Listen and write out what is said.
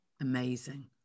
Amazing